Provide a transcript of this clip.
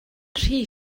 rhy